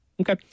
Okay